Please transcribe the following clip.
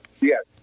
yes